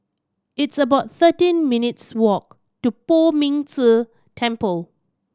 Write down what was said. it's about thirteen minutes' walk to Poh Ming Tse Temple